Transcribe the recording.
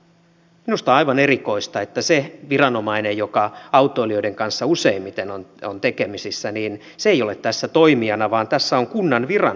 minusta on aivan erikoista että se viranomainen joka autoilijoiden kanssa useimmiten on tekemisissä ei ole tässä toimijana vaan tässä on kunnan viranomainen